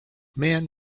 man